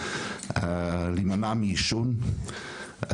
להימנע מעישון,